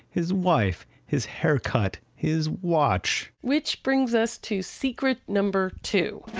his wife, his haircut, his watch which brings us to secret number two.